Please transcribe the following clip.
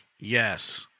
Yes